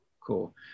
cool